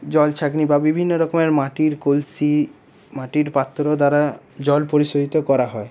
জলছাঁকনি বা বিভিন্ন রকমের মাটির কলসি মাটির পাত্র দ্বারা জল পরিশোধিত করা হয়